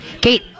Kate